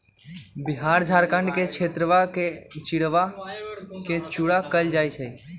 बिहार झारखंड के क्षेत्रवा में चिड़वा के चूड़ा कहल जाहई